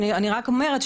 אני רק אומרת,